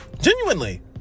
Genuinely